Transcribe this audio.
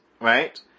right